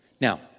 Now